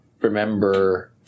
remember